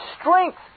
strength